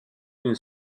une